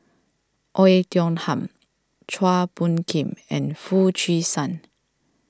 Oei Tiong Ham Chua Phung Kim and Foo Chee San